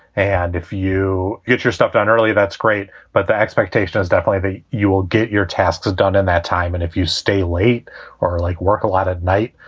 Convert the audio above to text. and if you get your stuff down early, that's great. but the expectation is definitely they you will get your tasks done in that time. and if you stay late or like work a lot of night,